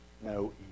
no